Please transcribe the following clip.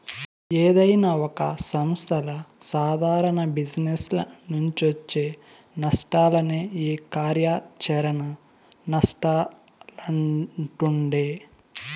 ఏదైనా ఒక సంస్థల సాదారణ జిజినెస్ల నుంచొచ్చే నష్టాలనే ఈ కార్యాచరణ నష్టాలంటుండె